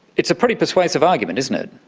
it's a pretty persuasive argument, isn't it.